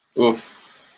Oof